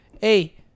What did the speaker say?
hey